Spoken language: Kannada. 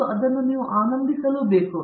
ಪ್ರತಾಪ್ ಹರಿಡೋಸ್ ನೀವು ಅದನ್ನು ಆನಂದಿಸಲು ಬೇಕು